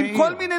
ימין מלא מלא,